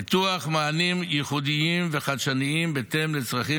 פיתוח מענים ייחודיים וחדשניים בהתאם לצרכים